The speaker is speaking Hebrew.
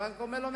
הבנק אומר לו,